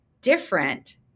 different